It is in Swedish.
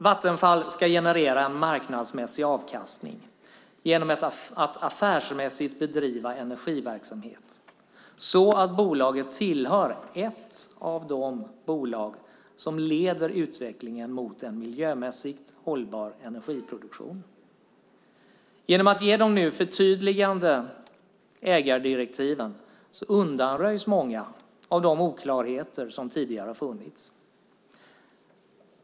Vattenfall ska generera en marknadsmässig avkastning genom att affärsmässigt bedriva energiverksamhet så att bolaget är ett av de bolag som leder utvecklingen mot en miljömässigt hållbar energiproduktion. Genom att nu ge de förtydligande ägardirektiven undanröjs många av de oklarheter som tidigare har funnits.